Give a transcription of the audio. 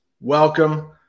Welcome